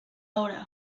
ahora